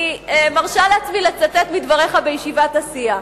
אני מרשה לעצמי לצטט מדבריך בישיבת הסיעה: